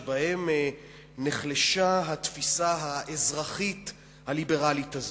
שבהן נחלשה התפיסה האזרחית הליברלית הזאת.